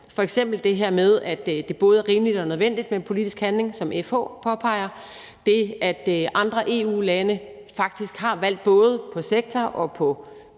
f.eks. det her med, at det både er rimeligt og nødvendigt med politisk handling, som FH påpeger, og det med, at andre EU-lande faktisk har valgt både med hensyn til